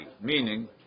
meaning